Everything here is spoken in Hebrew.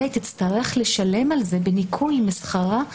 אלא שהיא תצטרך לשלם על זה בניכוי משכרה,